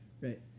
Right